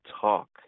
talk